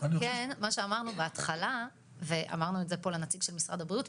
מה שאמרנו בהתחלה ואמרנו את זה פה לנציג של משרד הבריאות,